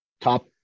top